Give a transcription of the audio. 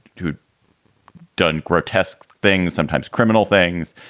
who'd done grotesque things, sometimes criminal things.